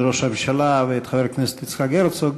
ראש הממשלה ואת חבר הכנסת יצחק הרצוג.